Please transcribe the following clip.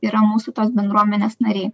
yra mūsų tos bendruomenės nariai